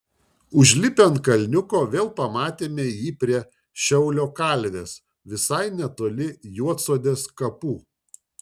užlipę ant kalniuko vėl pamatėme jį prie šiaulio kalvės visai netoli juodsodės kapų